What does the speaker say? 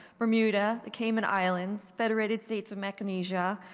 bermuda, the cayman islands, federated states of micronesia,